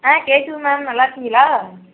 ஆ கேட்குது மேம் நல்லாருக்கீங்களா